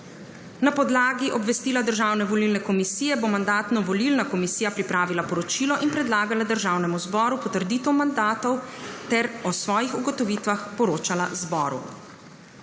Na podlagi obvestila Državne volilne komisije bo Mandatno-volilna komisija pripravila poročilo in predlagala Državnemu zboru potrditev mandatov ter o svojih ugotovitvah poročala zboru.